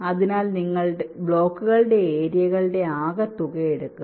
അതിനാൽ നിങ്ങൾ ബ്ലോക്കുകളുടെ ഏരിയകളുടെ ആകെത്തുക എടുക്കുക